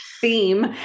theme